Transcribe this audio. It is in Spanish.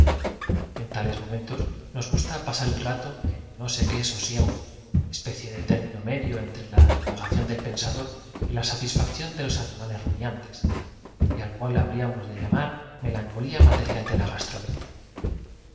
en tales momentos nos gusta pasar el rato en no sé qué sosiego pasó a ser de impro viso una de las más ricas especie de término medio entre la divagación del pensador y la satis herederas de parís la pérdida de su hijo único abismó a ese hombre en facción de los animales rumiantes y al cual habríamos de llamar me una pesadumbre que reaparece de vea en cuando lancolía material de la gastronomía